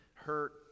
hurt